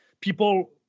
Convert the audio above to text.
people